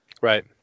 Right